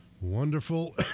wonderful